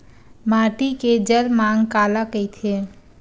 माटी के जलमांग काला कइथे?